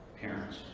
parents